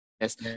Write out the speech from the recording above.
Yes